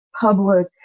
public